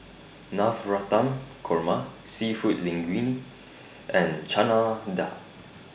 Navratan Korma Seafood Linguine and Chana Dal